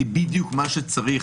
היא בדיוק מה שצריך,